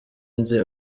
nzi